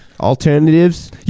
Alternatives